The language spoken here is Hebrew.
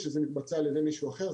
שזה מתבצע על ידי מישהו אחר,